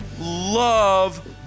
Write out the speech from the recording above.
love